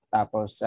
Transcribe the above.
Tapos